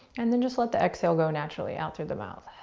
and then just let the exhale go naturally out through the mouth.